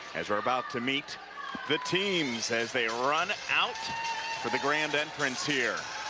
as we're about to meet the teams as they run out for the grand entrance here